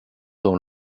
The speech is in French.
dans